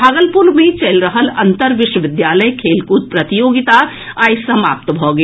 भागलपुर मे चलि रहल अंतर विश्वविद्यालय खेलकूट प्रतियोगिता आइ समाप्त भऽ गेल